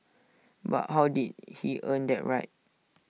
but how did he earn that right